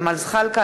ג'מאל זחאלקה,